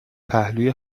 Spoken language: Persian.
پهلوی